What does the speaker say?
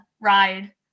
ride